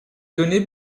donnez